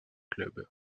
club